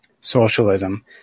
socialism